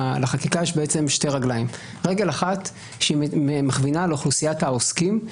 לחקיקה יש שתי רגליים: רגל אחד מכווינה לאוכלוסיית העוסקים,